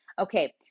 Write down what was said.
Okay